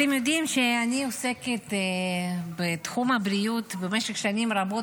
אתם יודעים שאני עוסקת בתחום הבריאות במשך שנים רבות,